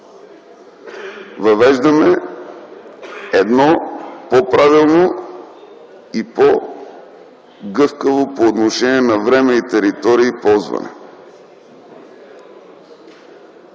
Въвеждаме едно по-правилно и по-гъвкаво, по отношение на време и територии, ползване.